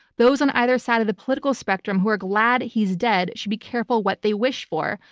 those on either side of the political spectrum who are glad he's dead should be careful what they wish for.